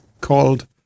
called